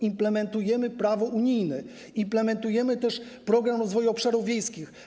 Implementujemy prawo unijne, implementujemy też Program Rozwoju Obszarów Wiejskich.